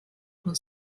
com